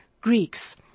Greeks